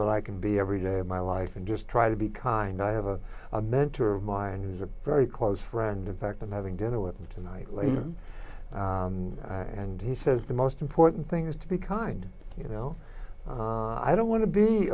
that i can be every day of my life and just try to be kind i have a mentor of mine who's a very close friend in fact i'm having dinner with him tonight liam and he says the most important thing is to be kind you know i don't want to be